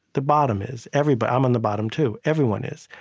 the bottom is, everybody, i'm on the bottom too, everyone is.